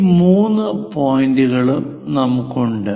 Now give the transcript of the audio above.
ഈ മൂന്ന് പോയിന്റുകളും നമുക്കുണ്ട്